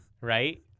Right